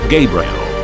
Gabriel